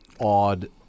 odd